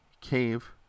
cave